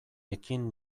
ekin